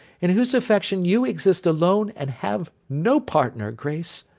in whose affection you exist alone and have no partner, grace